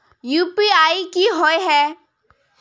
UPI की होय है?